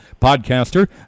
podcaster